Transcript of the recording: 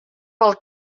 pel